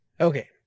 okay